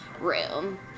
room